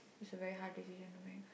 it's a very hard decision to make